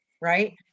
Right